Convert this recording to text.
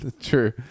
True